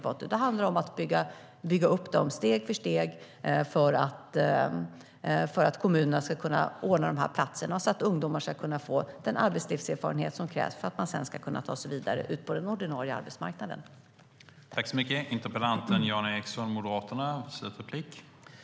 Det handlar om att bygga upp dem steg för steg för att kommunerna ska kunna ordna dessa platser, så att ungdomar ska kunna få den arbetslivserfarenhet som krävs för att de sedan ska kunna ta sig vidare ut på den ordinarie arbetsmarknaden.